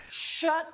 Shut